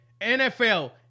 NFL